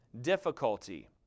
difficulty